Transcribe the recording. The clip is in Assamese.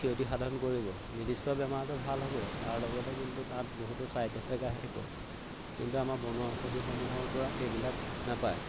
ক্ষতি সাধন কৰিব নিৰ্দিষ্ট বেমাৰটো ভাল হ'ব তাৰ লগতে কিন্তু তাত বহুতো ছাইড এফেক্ট আহি পৰে কিন্তু আমাৰ বনৌষধিসমূহৰ পৰা সেইবিলাক নাপায়